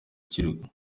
kirwa